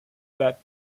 that